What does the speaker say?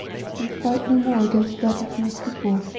and fight no more against that which must befall.